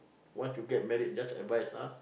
once you get married just advice ah